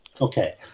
Okay